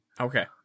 Okay